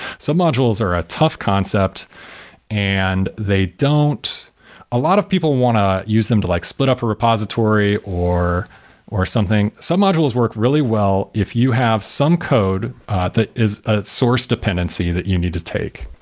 sub modules are a tough concept and they don't a lot of people want to use them to like split up a repository, or or something sub-modules work really well if you have some code that is a source dependency that you need to take.